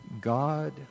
God